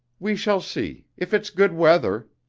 we shall see. if it's good weather.